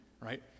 right